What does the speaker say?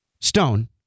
Stone